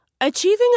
Achieving